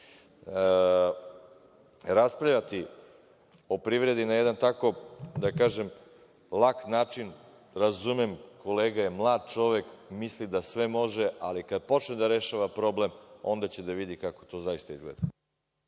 Raspravljati o privredi na jedan tako lak način, razumem, kolega je mlad čovek, misli da sve može, ali kad počne da rešava problem, onda će da vidi kako to zaista izgleda.